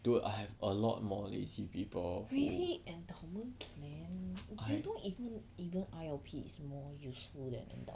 dude I have a lot more lazy people I